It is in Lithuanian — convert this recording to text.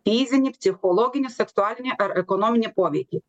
fizinį psichologinį seksualinį ar ekonominį poveikį